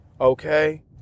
Okay